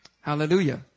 Hallelujah